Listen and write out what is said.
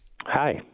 Hi